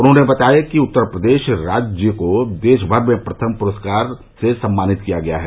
उन्होंने बताया कि उत्तर प्रदेश राज्य को देश भर में प्रथम प्रस्कार से सम्मानित किया गया है